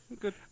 Good